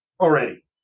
already